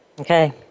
Okay